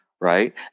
right